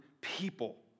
people